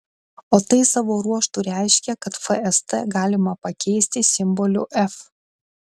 o tai savo ruožtu reiškia kad fst galima pakeisti simboliu f